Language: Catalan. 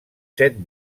set